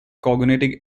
cognitive